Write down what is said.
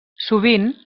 sovint